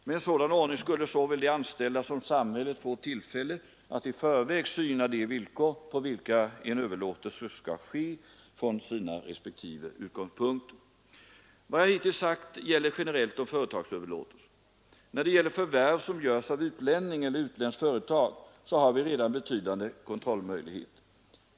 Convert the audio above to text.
Med en sådan ordning skulle såväl de anställda som samhället få tillfälle att i förväg syna de villkor på vilka en överlåtelse skall ske från sina respektive utgångspunkter. Vad jag hittills sagt gäller generellt om företagsöverlåtelser. När det gäller förvärv som görs av utlänning eller utländskt företag har vi redan betydande kontrollmöjligheter.